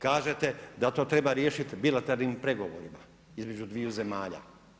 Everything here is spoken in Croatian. Kažete da to treba riješiti bilateralnim pregovorima između dviju zemalja.